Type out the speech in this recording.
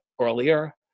earlier